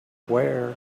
where